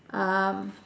um